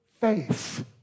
faith